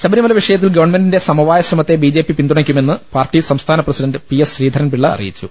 ശബരിമല വിഷയത്തിൽ ഗവൺമെന്റിന്റെ സമവായ ശ്രമത്തെ ബി ജെ പി പിന്തുണയ്ക്കുമെന്ന് പാർട്ടി സംസ്ഥാന president P S Sreedharan Pillai അറിയിച്ചു